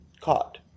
caught